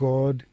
God